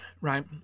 right